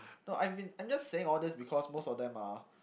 no I've been I'm just saying all these because most of them are